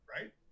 right